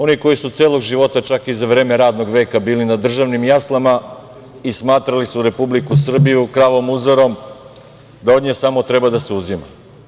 Oni koji su celog života, čak i za vreme radnog veka, bili na državnim jaslama i smatrali su Republiku Srbiju kravom muzarom, da od nje samo treba da se uzima.